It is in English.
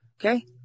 Okay